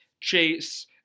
Chase